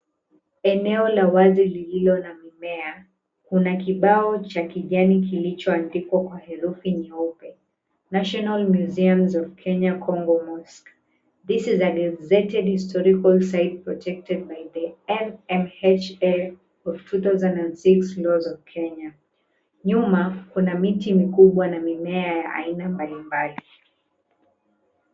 Eneo la uwazi lililo na mimea. Kuna kibao cha kijani kilichoandikwa kwa herufi nyeupe, National Museums of Kenya, Kongo Mosque. This is a gazetted historical site protected by the NMHL, of 2006 laws of Kenya. Nyuma kuna miti mikubwa na mimea ya aina mbalimbali.